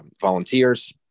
volunteers